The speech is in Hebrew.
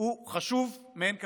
הוא חשוב מאין כמוהו.